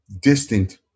distant